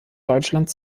deutschland